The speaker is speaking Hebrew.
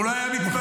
הוא לא היה מתפלא.